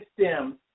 STEM